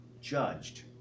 judged